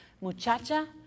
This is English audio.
muchacha